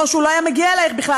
או שהוא לא היה מגיע אלייך בכלל,